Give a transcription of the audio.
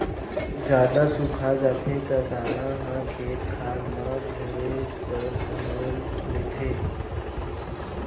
जादा सुखा जाथे त दाना ह खेत खार म झरे बर धर लेथे